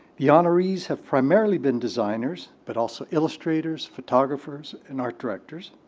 the honorees have primarily been designers, but also illustrators, photographers, and art directors,